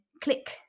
click